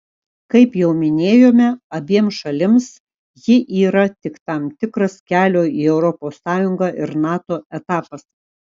kaip jau minėjome abiem šalims ji yra tik tam tikras kelio į europos sąjungą ir nato etapas